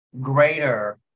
greater